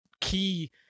key